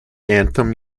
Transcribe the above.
anthem